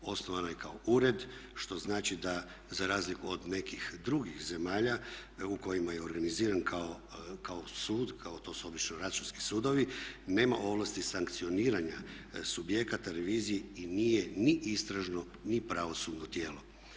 Osnovana je kao ured što znači da za razliku od nekih drugih zemalja u kojima je organiziran kao sud, kao to su obično računski sudovi, nema ovlasti sankcioniranja subjekata revizije i nije ni istražno ni pravosudno tijelo.